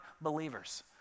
believers